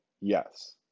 yes